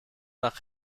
nach